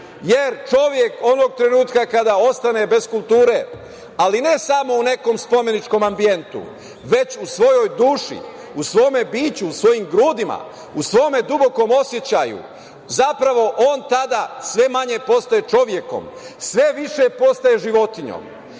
Jer čovek onog trenutka kada ostane bez kulture, ali ne samo u nekom spomeničkom ambijentu, već u svojoj duši, u svome biću, u svojim grudima, u svome dubokom osećaju, zapravo on tada sve manje postaje čovekom, svi više postaje životinjom.